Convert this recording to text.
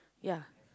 ya